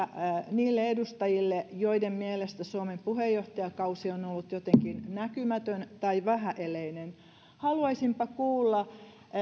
niille edustajille joiden mielestä suomen puheenjohtajakausi on on ollut jotenkin näkymätön tai vähäeleinen että haluaisinpa kuulla